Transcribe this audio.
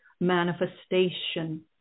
manifestation